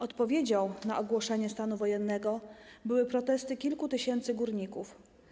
Odpowiedzią na ogłoszenie stanu wojennego były protesty kilku tysięcy górników.